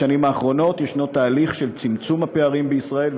בשנים האחרונות יש תהליך של צמצום הפערים בישראל,